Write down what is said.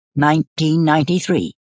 1993